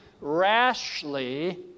rashly